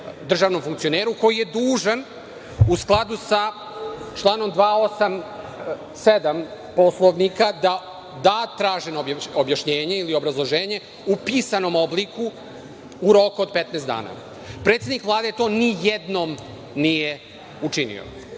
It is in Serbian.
državnom funkcioneru koji je dužan, u skladu sa članom 287. Poslovnika da da traženo objašnjenje ili obrazloženje u pisanom obliku u roku od 15 dana. Predsednik Vlade to ni jednom nije